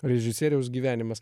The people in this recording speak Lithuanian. režisieriaus gyvenimas